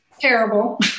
terrible